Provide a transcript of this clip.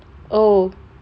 oh